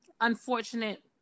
unfortunate